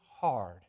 hard